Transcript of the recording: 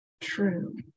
true